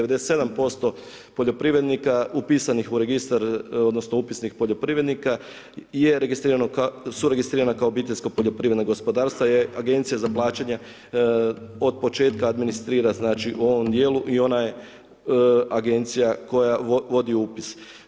97% poljoprivrednika upisanih u registar, odnosno upisnik poljoprivrednika je registrirano kao, su registrirana kao obiteljska poljoprivredna gospodarstva je Agencija za plaćanje od početka administrira znači u ovom dijelu i ona je agencija koja vodi upis.